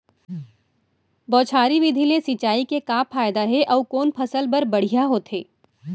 बौछारी विधि ले सिंचाई के का फायदा हे अऊ कोन फसल बर बढ़िया होथे?